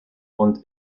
und